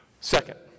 Second